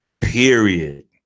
Period